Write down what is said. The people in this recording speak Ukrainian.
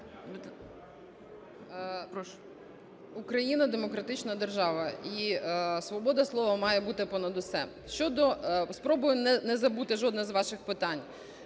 Україна – демократична держава, і свобода слова має бути понад усе. Щодо… Спробую не забути жодне з ваших питань.